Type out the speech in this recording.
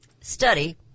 study